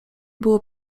było